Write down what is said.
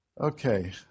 Okay